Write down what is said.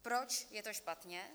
Proč je to špatně?